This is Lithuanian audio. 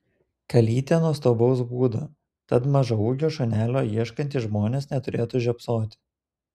kalytė nuostabaus būdo tad mažaūgio šunelio ieškantys žmonės neturėtų žiopsoti